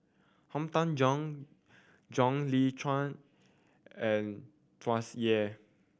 Han Tan Juan John Le Cain and Tsung Yeh